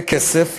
כסף,